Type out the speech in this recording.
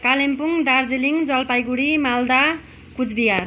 Kalimpong Darjeeling Jalpaiguri Malda Cooch Behar